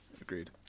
agreed